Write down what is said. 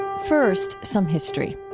first, some history.